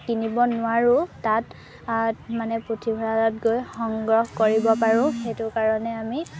কিনিব নোৱাৰোঁ তাত মানে পুথিভঁৰালত গৈ সংগ্ৰহ কৰিব পাৰোঁ সেইটো কাৰণে আমি